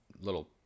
little